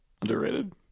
underrated